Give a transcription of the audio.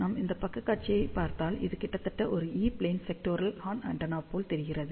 நாம் இந்த பக்கக் காட்சியைப் பார்த்தால் இது கிட்டத்தட்ட ஒரு E plane sectoral horn antenna போல் தெரிகிறது